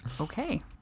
Okay